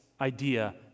idea